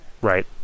Right